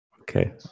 Okay